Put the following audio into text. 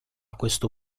questo